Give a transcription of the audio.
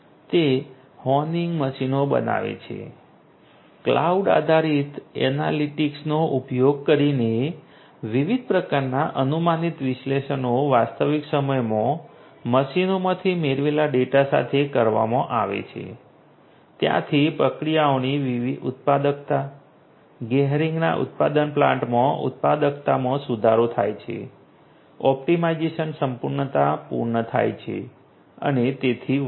તે હોનિંગ મશીનો બનાવે છે ક્લાઉડ આધારિત એનાલિટિક્સનો ઉપયોગ કરીને વિવિધ પ્રકારના અનુમાનિત વિશ્લેષણો વાસ્તવિક સમયમાં મશીનોમાંથી મેળવેલા ડેટા સાથે કરવામાં આવે છે ત્યાંથી પ્રક્રિયાઓની ઉત્પાદકતા ગેહરિંગના ઉત્પાદન પ્લાન્ટમાં ઉત્પાદકતામાં સુધારો થાય છે ઑપ્ટિમાઇઝેશન ઉત્પાદકતા પૂર્ણ થાય છે અને તેથી વધુ